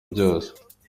byose